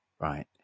right